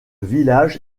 village